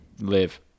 Live